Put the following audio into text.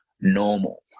normal